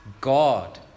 God